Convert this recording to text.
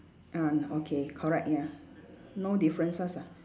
ah okay correct ya no differences ah